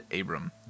Abram